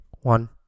one